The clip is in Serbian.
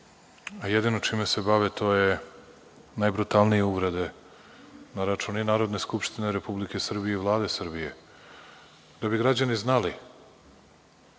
a jedino čime se bave to su najbrutalnije uvrede na račun i Narodne skupštine Republike Srbije i Vlade Srbije. Da bi građani znali,